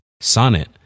Sonnet